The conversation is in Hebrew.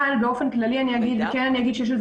באמת?